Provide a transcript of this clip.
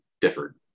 differed